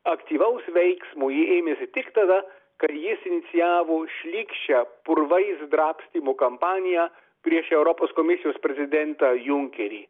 aktyvaus veiksmo jie ėmėsi tik tada kai jis inicijavo šlykščią purvais drabstymų kampaniją prieš europos komisijos prezidentą junkerį